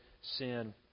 sin